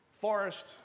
forest